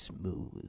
smooth